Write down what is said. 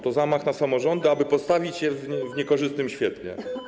To zamach na samorządy, aby postawić je w niekorzystnym świetle.